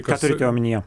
ką turite omenyje